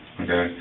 okay